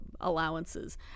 allowances